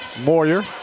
Moyer